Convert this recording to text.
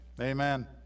amen